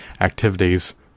activities